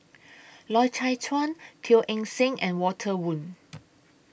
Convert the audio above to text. Loy Chye Chuan Teo Eng Seng and Walter Woon